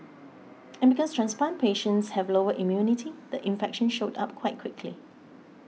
and because transplant patients have lower immunity the infection showed up quite quickly